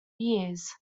years